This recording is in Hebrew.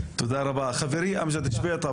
חברי אמג'ד שביטה,